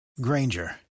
Granger